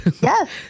Yes